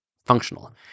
Functional